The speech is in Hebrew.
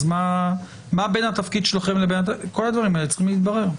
אז מה בין התפקיד שלכם לבין התפקיד -- כל הדברים האלה צריכים להתברר.